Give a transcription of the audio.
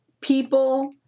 people